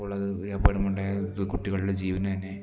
അപ്പോൾ അ ത് ഒരു അപകടമുണ്ടായാൽ അത് കുട്ടികളുടെ ജീവന് തന്നെ